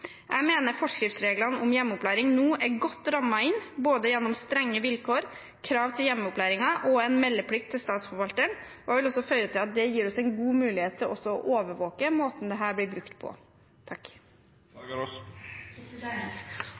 Jeg mener forskriftsreglene om hjemmeopplæring nå er godt rammet inn gjennom både strenge vilkår, krav til hjemmeopplæringen og en meldeplikt til Statsforvalteren. Jeg vil føye til at det gir oss en god mulighet til også å overvåke måten dette blir brukt på.